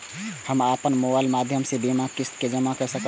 हम अपन मोबाइल के माध्यम से बीमा के किस्त के जमा कै सकब?